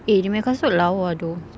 eh you punya kasut lawa though